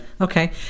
Okay